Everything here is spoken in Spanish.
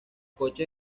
coches